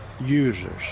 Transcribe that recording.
users